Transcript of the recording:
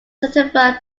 certified